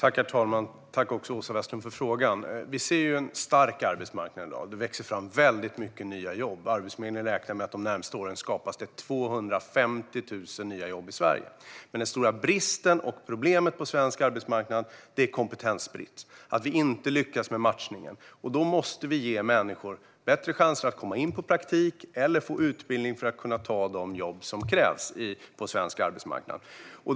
Herr talman! Tack, Åsa Westlund, för frågan! Vi ser en stark arbetsmarknad i dag. Det växer fram väldigt många nya jobb - Arbetsförmedlingen räknar med att det under de närmaste åren kommer att skapas 250 000 nya jobb i Sverige. Men den stora bristen och det stora problemet på svensk arbetsmarknad är kompetensbrist och att vi inte lyckas med matchningen. Vi måste ge människor bättre chanser att komma in på praktik eller få utbildning för att kunna ta de jobb som svensk arbetsmarknad kräver.